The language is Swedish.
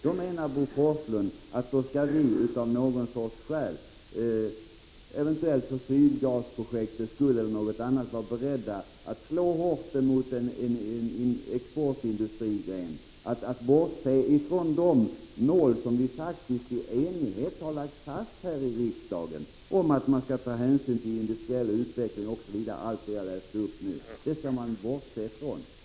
Då menar Bo Forslund att vi av något skäl—för Sydgasprojektets skull eller något annat — skulle vara beredda att slå hårt mot en exportindustrigren och bortse från de mål som vi faktiskt i enighet har lagt fast här i riksdagen om att ta hänsyn till industriell utveckling osv. , allt det som jag läste upp nyss.